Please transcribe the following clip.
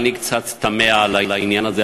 אני קצת תמה על העניין הזה,